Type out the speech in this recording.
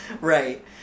Right